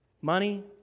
Money